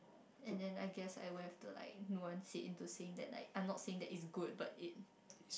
and then I guess I will have to like no one sit into sink then like I'm not saying that it's good but it